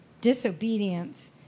disobedience